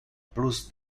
plus